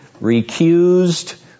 recused